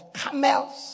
camels